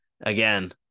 Again